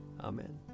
Amen